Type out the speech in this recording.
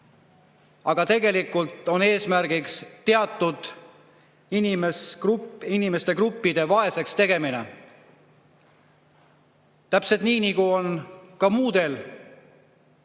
Aga tegelikult on eesmärgiks teatud inimeste gruppide vaeseks tegemine. Täpselt nii, nagu on ka muudes